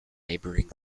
neighboring